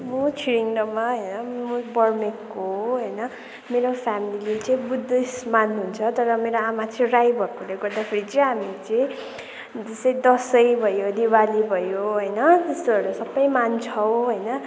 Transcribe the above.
म छिरिङ डोमा या म बर्मेकको हो होइन मेरो फ्यामिलीले चाहिँ बुद्धिस्ट मान्नुहुन्छ तर मेरो आमा चाहिँ राई भएकोले गर्दाखेरि चाहिँ हामीले चाहिँ जस्तै दसैँ भयो दिवाली भयो होइन त्यस्तोहरू सबै मान्छौँ होइन